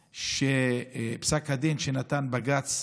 פסק הדין שנתן בג"ץ